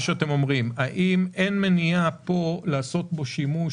האם אין מניעה פה לעשות בו שימוש,